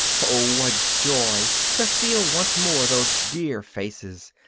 oh! what joy to feel once more those dear faces,